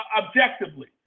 objectively